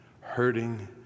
hurting